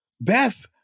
Beth